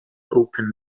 open